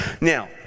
Now